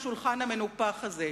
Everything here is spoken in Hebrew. בשולחן המנופח הזה.